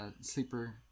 sleeper